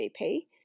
GP